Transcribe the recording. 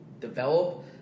develop